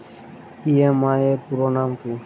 EMI এর পুরোনাম কী?